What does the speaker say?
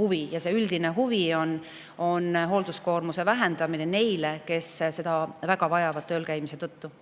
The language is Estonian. huvi. Ja see üldine huvi on hoolduskoormuse vähendamine nende jaoks, kes seda väga vajavad töölkäimise tõttu.